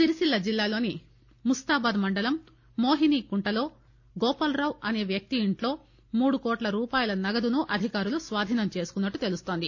సిరిసిల్ల జిల్లాలోని ముస్తాబాద్ మండలం మోహినికుంటలో గోపాల్రావు అనే వ్యక్తి ఇంట్లో మూడు కోట్ల రూపాయలు నగదును అధికారులు స్వాధీనం చేసుకున్నట్లు తెలుస్తోంది